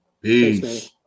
Peace